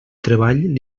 treball